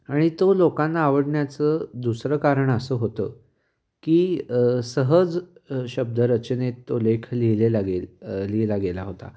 आणि तो लोकांना आवडण्याचं दुसरं कारण असं होतं की सहज शब्दरचनेत तो लेख लिहिलेला गेल लिहिला गेला होता